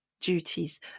duties